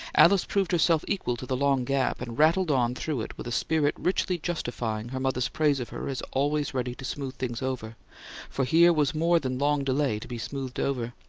alice proved herself equal to the long gap, and rattled on through it with a spirit richly justifying her mother's praise of her as always ready to smooth things over for here was more than long delay to be smoothed over.